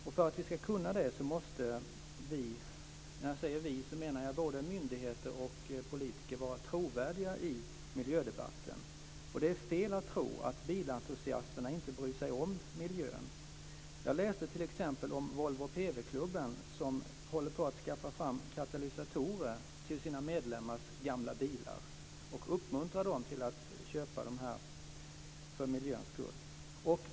För att vi ska kunna det måste vi - när jag säger vi menar jag både myndigheter och politiker - vara trovärdiga i miljödebatten. Det är fel att tro att bilentusiasterna inte bryr sig om miljön. Jag läste t.ex. om Volvo-PV-klubben som håller på att skaffa fram katalysatorer till sina medlemmars gamla bilar och uppmuntrar dem att köpa dessa för miljöns skull.